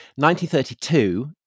1932